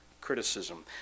criticism